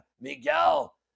Miguel